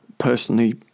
Personally